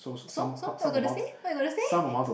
so so what you gonna say what you gonna say